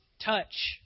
touch